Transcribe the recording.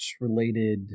related